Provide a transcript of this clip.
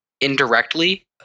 indirectly